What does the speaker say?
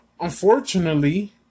unfortunately